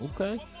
Okay